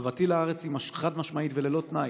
אהבתי לארץ היא חד-משמעית וללא תנאי,